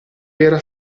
era